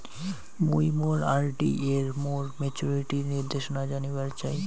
মুই মোর আর.ডি এর মোর মেচুরিটির নির্দেশনা জানিবার চাই